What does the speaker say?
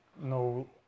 no